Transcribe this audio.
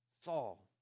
Saul